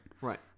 Right